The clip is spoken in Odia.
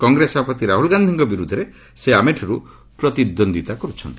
କଂଗ୍ରେସ ସଭାପତି ରାହୁଲ ଗାନ୍ଧୀଙ୍କ ବିରୁଦ୍ଧରେ ସେ ଆମେଠିରୁ ପ୍ରତିଦ୍ୱନ୍ଦ୍ୱିତା କରୁଛନ୍ତି